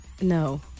No